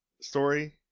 story